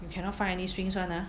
you cannot find any swings [one] ah